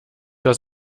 das